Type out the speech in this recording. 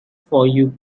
for